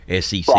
SEC